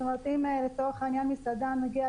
זאת אומרת, אם לצורך העניין מסעדה מגיעה